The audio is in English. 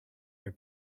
are